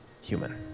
human